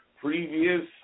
previous